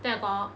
ten o'clock